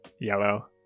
Yellow